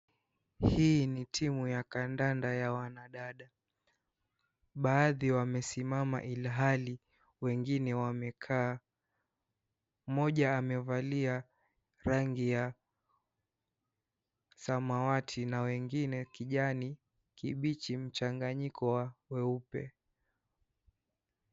Hii ni timu ya kandanda ya wanadada. Baadhi wamesimama ilhali wengine wamekaa. Mmoja amevalia rangi ya samawati, na wengine kijani kibichi mchanganyiko wa weupe.